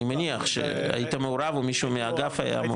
אני מניח שהיית מעורב, או מישהו מהאגף היה.